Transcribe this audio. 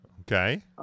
Okay